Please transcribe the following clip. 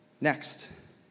Next